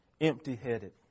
empty-headed